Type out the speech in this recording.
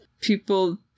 People